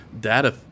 data